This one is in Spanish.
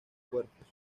cuerpos